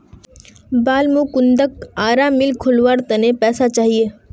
बालमुकुंदक आरा मिल खोलवार त न पैसा चाहिए